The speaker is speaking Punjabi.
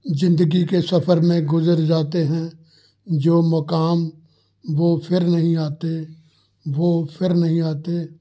ਜ਼ਿੰਦਗੀ ਕੇ ਸਫਰ ਮੇ ਗੁਜ਼ਰ ਜਾਤੇ ਹੈ ਜੋ ਮੁਕਾਮ ਵੋ ਫਿਰ ਨਹੀਂ ਆਤੇ ਵੋ ਫਿਰ ਨਹੀਂ ਆਤੇ